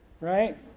right